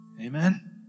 Amen